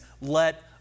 let